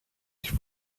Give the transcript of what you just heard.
ich